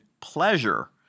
pleasure